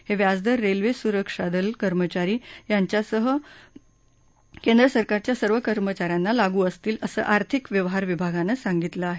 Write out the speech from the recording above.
हे व्याज दर रेल्वे सुरक्षा दल कर्मचारी यांच्यासह केंद्र सरकारच्या सर्व कर्मचा यांना लागू असतील असं आर्थिक व्यवहार विभागानं सांगितलं आहे